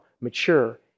mature